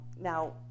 Now